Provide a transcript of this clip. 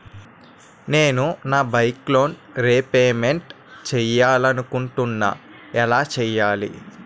నేను నా bike loan repayment చేయాలనుకుంటున్నా ఎలా చేయాలి?